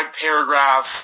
paragraph